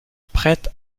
prête